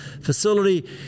facility